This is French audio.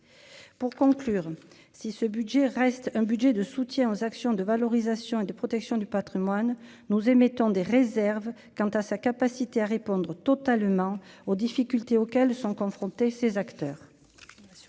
pour conclure, si ce budget reste un budget de soutien aux actions de valorisation et de protection du Patrimoine, nous émettons des réserves quant à sa capacité à répondre totalement aux difficultés auxquelles sont confrontés ces actes.